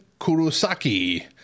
Kurosaki